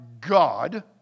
God